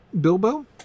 Bilbo